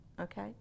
Okay